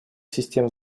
систем